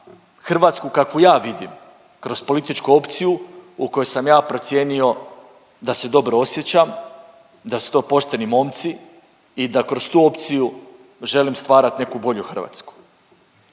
Hrvatsku kakvu ja vidim, kroz političku opciju u koju sam ja procijenio da se dobro osjećam, da su to pošteni momci i da kroz tu opciju želim stvarati neku bolju Hrvatsku